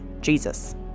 Jesus